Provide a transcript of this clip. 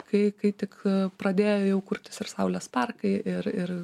kai kai tik pradėjo jau kurtis ir saulės parkai ir ir